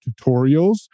tutorials